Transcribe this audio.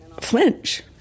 flinch